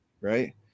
right